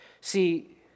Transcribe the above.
See